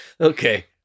Okay